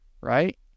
right